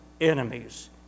enemies